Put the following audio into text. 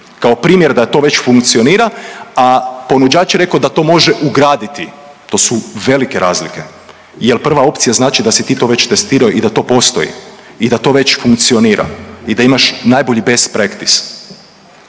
kao primjer da to već funkcionira, a ponuđač je rekao da to može ugraditi, to su velike razlike, jel prva opcija znači da si ti to već testirao i da to postoji i da to već funkcionira i da imaš najbolji best praktis.